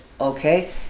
okay